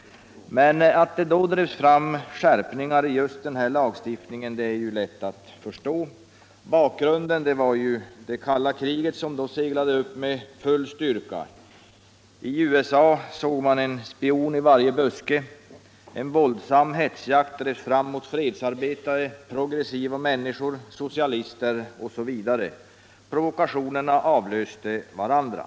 Men att det då drevs fram skärpningar i just den här lagstiftningen, det är ju lätt att förstå. Bakgrunden var det kalla kriget, som då seglade upp med full styrka. I USA sågs en spion i varje buske. En våldsam hetsjakt drevs fram mot fredsarbetare, progressiva människor, socialister osv. Provokationerna avlöste varandra.